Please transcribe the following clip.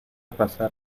pasar